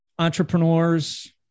entrepreneurs